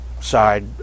side